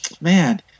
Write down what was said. man